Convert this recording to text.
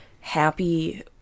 happy